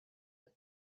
that